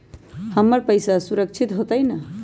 हमर पईसा सुरक्षित होतई न?